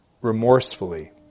remorsefully